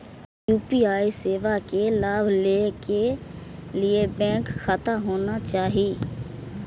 UPI सेवा के लाभ लै के लिए बैंक खाता होना चाहि?